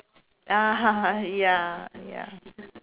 ah ya ya